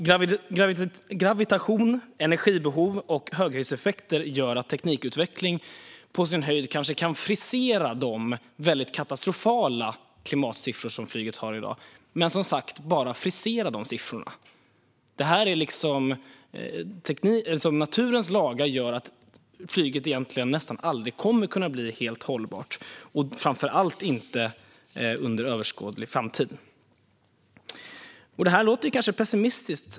Gravitation, energibehov och höghöjdseffekter gör att teknikutveckling kanske på sin höjd kan frisera de väldigt katastrofala klimatsiffror som flyget har i dag. Naturens lagar gör att flyget nästan aldrig kommer att bli helt hållbart, och framför allt inte under överskådlig framtid. Det låter kanske pessimistiskt.